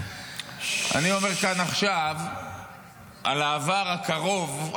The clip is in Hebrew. אני אומר כאן עכשיו על העבר הקרוב,